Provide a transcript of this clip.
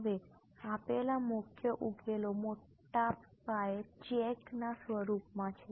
હવે આપેલા મુખ્ય ઉકેલો મોટા પે ચેક ના સ્વરૂપમાં છે